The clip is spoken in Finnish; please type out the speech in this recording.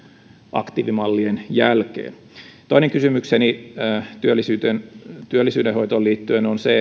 aktiivimallien jälkeen toinen kysymykseni työllisyyden työllisyyden hoitoon liittyen on se